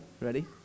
ready